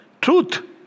truth